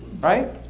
right